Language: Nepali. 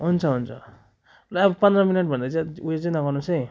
हुन्छ हुन्छ लु अब पन्ध्र मिनटभन्दा चाहिँ उयो चाहिँ नगर्नुहोस् है